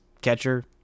catcher